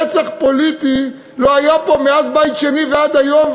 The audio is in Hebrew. רצח פוליטי לא היה פה מאז בית שני ועד היום,